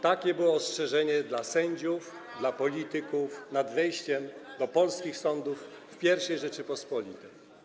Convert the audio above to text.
Takie było ostrzeżenie dla sędziów, dla polityków nad wejściem do polskich sądów w I Rzeczypospolitej.